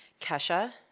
kesha